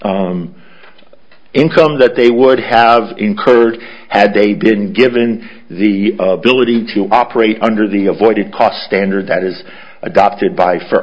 income that they would have incurred had they didn't given the ability to operate under the avoided cost standard that is adopted by f